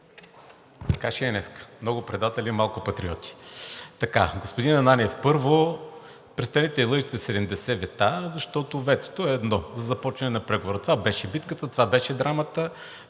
Така ще е днес: много предатели – малко патриоти. Господин Ананиев, първо, престанете да лъжете – 70 вета, защото ветото е едно – за започване на преговори. Това беше битката, това беше драмата,